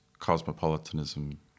Cosmopolitanism